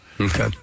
Okay